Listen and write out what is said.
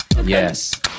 Yes